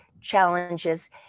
challenges